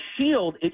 shield